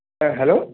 হ্যাঁ হ্যালো